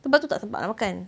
sebab tu tak sempat nak makan